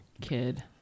kid